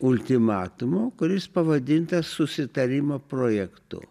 ultimatumo kuris pavadintas susitarimo projektu